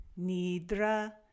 nidra